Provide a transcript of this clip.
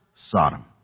Sodom